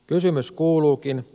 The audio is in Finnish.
kysymys kuuluukin